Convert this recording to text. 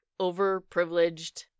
overprivileged